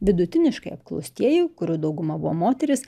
vidutiniškai apklaustieji kurių dauguma buvo moterys